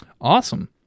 Awesome